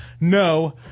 no